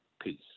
Peace